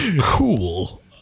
cool